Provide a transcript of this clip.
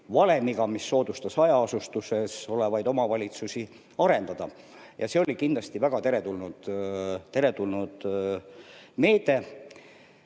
mis soodustas hajaasustuses olevaid omavalitsusi, arendada. See oli kindlasti väga teretulnud meede.